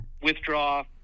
Withdraw